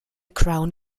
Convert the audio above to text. crown